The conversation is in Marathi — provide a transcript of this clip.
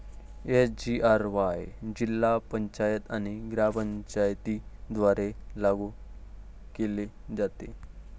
एस.जी.आर.वाय जिल्हा पंचायत आणि ग्रामपंचायतींद्वारे लागू केले जाते